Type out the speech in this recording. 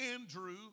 Andrew